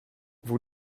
vous